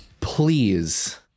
please